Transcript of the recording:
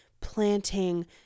planting